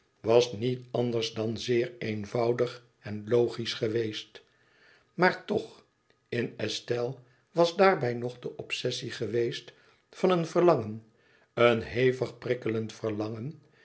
was niet anders dan zeer eenvoudig en logisch geweest maar toch in estelle was daarbij nog de obsessie geweest van een verlangen een hevig prikkelend verlangen